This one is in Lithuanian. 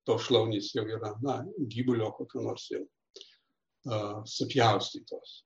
tos šlaunys jau yra na gyvulio kokio nors supjaustytos